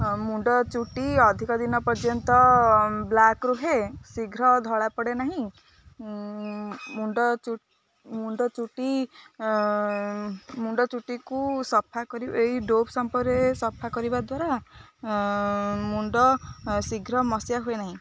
ମୁଣ୍ଡ ଚୁଟି ଅଧିକ ଦିନ ପର୍ଯ୍ୟନ୍ତ ବ୍ଲାକ୍ ରୁହେ ଶୀଘ୍ର ଧଳାପଡ଼େ ନାହିଁ ମୁଣ୍ଡ ଚୁ ମୁଣ୍ଡ ଚୁଟି ମୁଣ୍ଡ ଚୁଟିକୁ ସଫା କରି ଏଇ ଡ଼ୋଭ୍ ସାମ୍ପୋରେ ସଫା କରିବା ଦ୍ୱାରା ମୁଣ୍ଡ ଶୀଘ୍ର ମସିଆ ହୁଏ ନାହିଁ